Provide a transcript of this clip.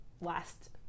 last